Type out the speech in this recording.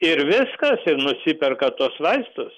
ir viskas ir nusiperka tuos vaistus